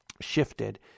shifted